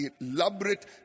elaborate